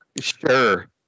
Sure